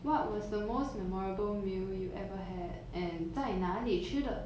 what was the most memorable meal you ever had and 在哪里吃的